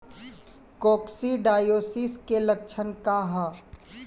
Coccidiosis के लक्षण का ह?